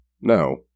No